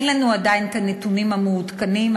אין לנו עדיין הנתונים המעודכנים,